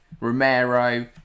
Romero